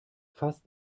fast